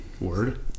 word